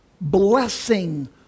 blessing